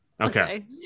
Okay